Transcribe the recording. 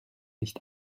nicht